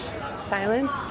silence